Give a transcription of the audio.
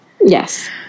Yes